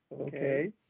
Okay